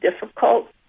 difficult